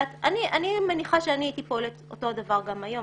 אני מניחה שאני הייתי פועלת אותו דבר גם היום.